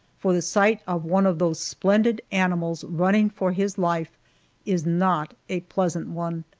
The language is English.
for the sight of one of those splendid animals running for his life is not a pleasant one.